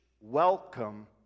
welcome